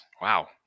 Wow